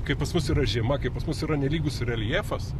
kaip pas mus yra žiema kai pas mus yra nelygus reljefas